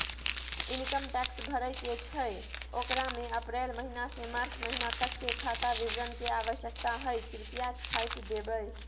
Income tax भरय के छै ओकरा में अप्रैल महिना से मार्च महिना तक के खाता विवरण के आवश्यकता हय कृप्या छाय्प देबै?